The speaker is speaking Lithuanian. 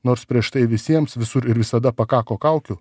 nors prieš tai visiems visur ir visada pakako kaukių